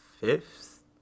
Fifth